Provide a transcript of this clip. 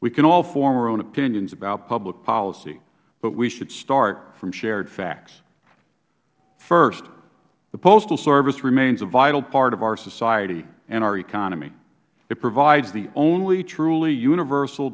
we can all form our own opinions about public policy but we should start from shared facts first the postal service remains a vital part of our society and our economy it provides the only truly universal